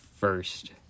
first